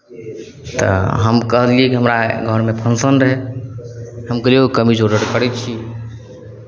तऽ हम कहलियै जे हमरा घरमे फँक्शन रहय हम कहलियै एगो कमीज ऑडर करै छियै